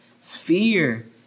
fear